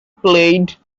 played